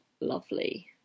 lovely